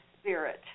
spirit